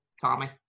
Tommy